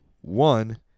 one